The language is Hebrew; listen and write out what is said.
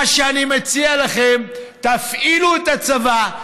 מה שאני מציע לכם: תפעילו את הצבא,